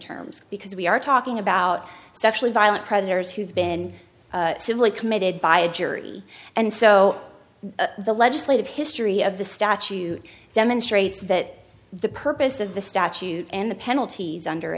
terms because we are talking about sexually violent predators who've been simply committed by a jury and so the legislative history of the statute demonstrates that the purpose of the statute and the penalties under